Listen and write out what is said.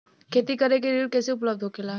खेती करे के ऋण कैसे उपलब्ध होखेला?